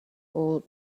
old